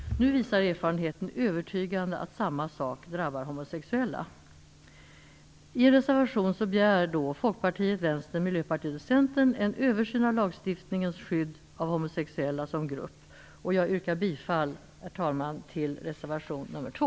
Nu visar erfarenheten övertygande att samma sak drabbar homosexuella. Miljöpartiet och Centern en översyn av lagstiftningens skydd av homosexuella som grupp. Jag yrkar, herr talman, bifall till reservation nr 2.